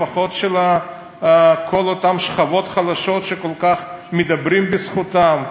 לפחות של כל אותן שכבות חלשות שכל כך מדברים בזכותן,